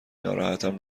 ناراحتم